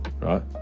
right